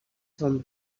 són